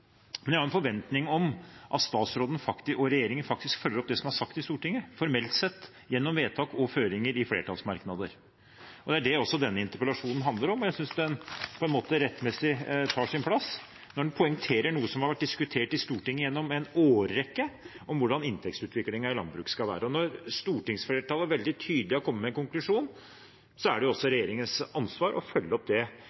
men jeg har en forventning om at statsråden og regjeringen faktisk følger opp det som er sagt i Stortinget formelt gjennom vedtak og føringer i flertallsmerknader. Det er det denne interpellasjonen handler om, og jeg synes den rettmessig tar sin plass når den poengterer noe som har vært diskutert i Stortinget gjennom en årrekke: hvordan inntektsutviklingen i landbruket skal være. Når stortingsflertallet veldig tydelig har kommet med en konklusjon, er det